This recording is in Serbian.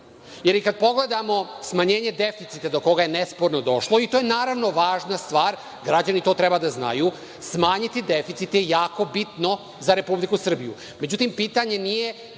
pogledamo smanjenje deficita do koga je nesporno došlo, to je važna stvar i građani to treba da znaju, smanjiti deficit je jako bitno za Republiku Srbiju,